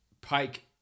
Pike